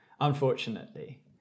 unfortunately